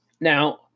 Now